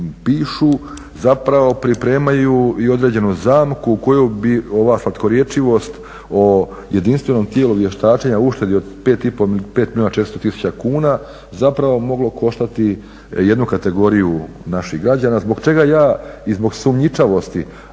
zapravo pripremaju i određenu zamku koju bi ova slatkorječivost o jedinstvenom tijelu vještačenja, uštedi od 5,5, 5 milijuna 400 tisuća kuna zapravo moglo koštati jednu kategoriju naših građana. Zbog čega ja i zbog sumnjičavosti